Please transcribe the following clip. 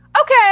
okay